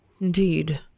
Indeed